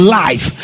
life